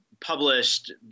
published